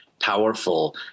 powerful